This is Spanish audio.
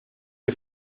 que